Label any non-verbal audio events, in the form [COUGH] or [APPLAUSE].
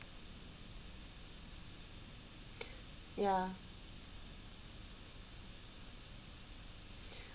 [NOISE] ya